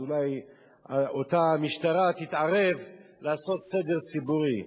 אולי אותה משטרה תתערב לעשות סדר ציבורי.